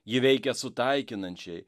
ji veikia sutaikinančiai